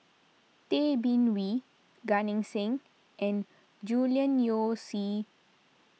Tay Bin Wee Gan Eng Seng and Julian Yeo See